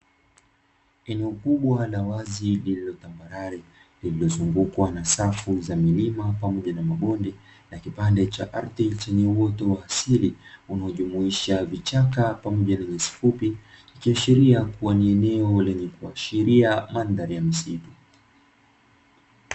Eneo kubwa la wazi lililo tambarare lililozungukwa na safu za milima pamoja na mabonde, na kipande cha ardhi chenye uoto wa asili unaojumuisha vichaka pamoja na nyasi fupi ikiashiria kua ni eneo lenye kuashiria mandhari ya misitu.